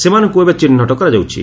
ସେମାନଙ୍କୁ ଏବେ ଚିହ୍ନଟ କରାଯାଉଛି